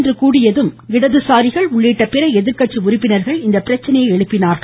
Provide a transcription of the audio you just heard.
இன்று கூடியதும் இடதுசாரிகள் உள்ளிட்ட பிற எதிர்கட்சி உறுப்பினர்கள் அவை இப்பிரச்சினையை எழுப்பினார்கள்